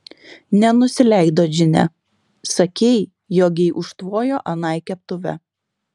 nenusileido džine sakei jogei užtvojo anai keptuve